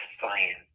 science